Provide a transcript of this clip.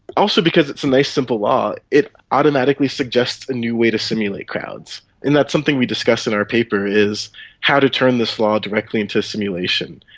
also because it's a nice, simple law, it automatically suggests a new way to simulate crowds, and that's something we discussed in our paper, is how to turn this law directly into simulation.